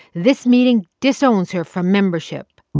this meeting disowns her from membership